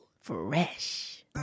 Fresh